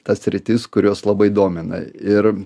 tas sritis kurios labai domina ir